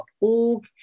org